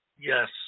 Yes